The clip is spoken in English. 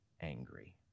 angry